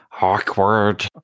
awkward